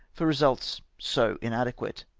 for results so inadequate.